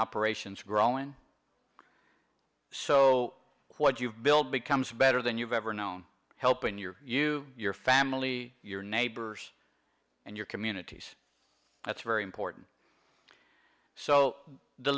operations growing so what you've build becomes better than you've ever known help in your you your family your neighbors and your communities that's very important so the